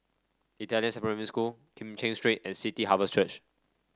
Italian Supplementary School Kim Cheng Street and City Harvest Church